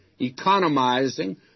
economizing